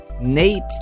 Nate